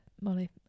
molly